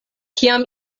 kiam